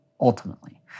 ultimately